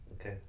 Okay